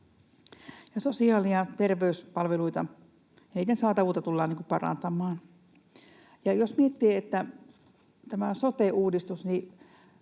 sosiaali- ja terveyspalveluiden saatavuutta tullaan parantamaan. Jos miettii tätä sote-uudistusta, niin